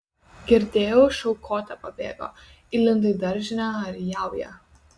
girdėjau šaukote pabėgo įlindo į daržinę ar į jaują